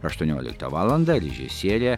aštuonioliktą valandą režisierė